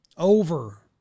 Over